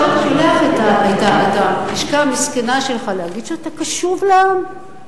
עכשיו שולח את הלשכה המסכנה שלך להגיד שאתה קשוב לעם,